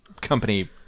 company